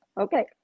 Okay